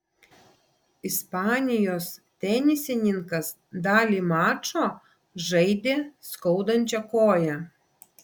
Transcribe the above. ispanijos tenisininkas dalį mačo žaidė skaudančia koja